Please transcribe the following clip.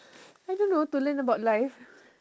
I don't know to learn about life